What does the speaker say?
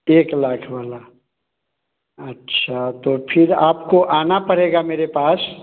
एक लाख वाला अच्छा तो फ़िर आपको आना पड़ेगा मेरे पास